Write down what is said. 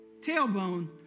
tailbone